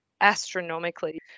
astronomically